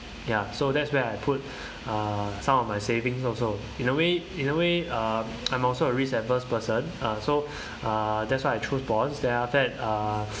ya so that's where I put uh some of my savings also in a way in a way uh I'm also a risk averse person uh so uh that's why I choose bonds then after that uh